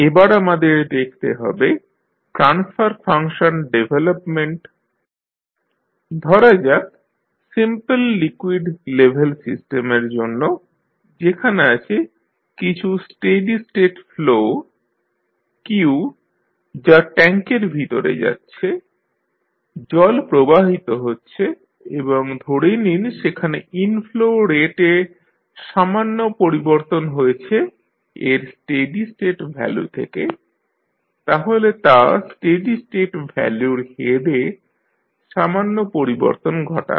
এবার আমাদের দেখতে হবে ট্রান্সফার ফাংশন ডেভেলপমেন্ট ধরা যাক সিম্পল লিকুইড লেভেল সিস্টেমের জন্য যেখানে আছে কিছু স্টেডি স্টেট ফ্লো Q যা ট্যাঙ্কের ভিতরে যাচ্ছে জল প্রবাহিত হচ্ছে এবং ধরে নিন সেখানে ইনফ্লো রেট এ সামান্য পরিবর্তন হয়েছে এর স্টেডি স্টেট ভ্যালু থেকে তাহলে তা' স্টেডি স্টেট ভ্যালুর হেড এ সামান্য পরিবর্তন ঘটাবে